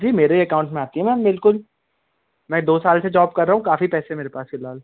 जी मेरे ही अकाउंट में आती है मैम बिल्कुल मैं दो साल से जॉब कर रहा हूँ काफ़ी पैसे हैं मेरे पास फ़िलहाल